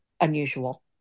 unusual